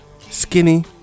Skinny